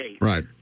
right